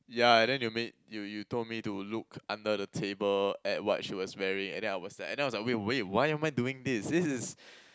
yeah and then you made you you told me to look under the table at what she was wearing and then I was at and then I was like wait wait why am I doing this this is